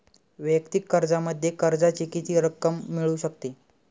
वैयक्तिक कर्जामध्ये कर्जाची किती रक्कम मिळू शकते?